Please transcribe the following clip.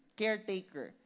caretaker